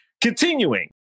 continuing